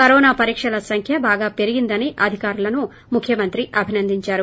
corona పరీక్షల సంఖ్య బాగా పెరిగిందని అధికారులను ముఖ్యమంత్రి అభినందించారు